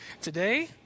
Today